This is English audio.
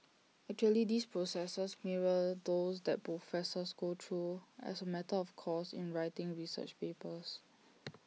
actually these processes mirror those that professors go through as A matter of course in writing research papers